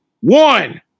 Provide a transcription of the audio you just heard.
one